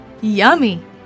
Yummy